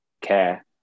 care